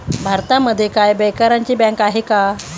भारतामध्ये काय बेकारांची बँक आहे का?